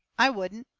i wouldn't.